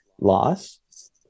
loss